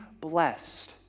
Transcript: blessed